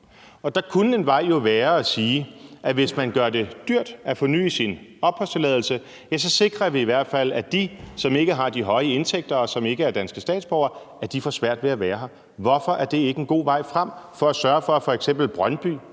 ud. Der kunne en vej jo være at sige, at man gør det dyrt at forny sin opholdstilladelse. Så sikrer vi i hvert fald, at de, som ikke har de høje indtægter, og som ikke er danske statsborgere, får svært ved at være her. Hvorfor er det ikke en god vej frem med hensyn til at sørge for, at f.eks. Brøndby